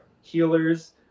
healers